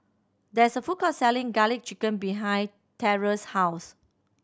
there is a food court selling Garlic Chicken behind Terrance's house